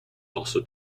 also